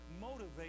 motivate